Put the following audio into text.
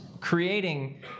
creating